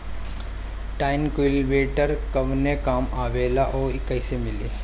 Tine cultivator कवने काम आवेला आउर इ कैसे मिली?